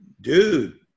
dude